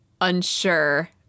unsure